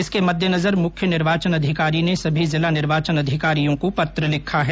इसके मददेनजर मुख्य निर्वाचन अधिकारी ने समी जिला निर्वाचन अधिकारियों को पत्र लिखा है